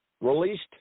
released